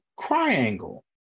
triangle